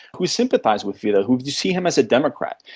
who sympathise with fidel, who see him as a democrat.